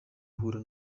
ahura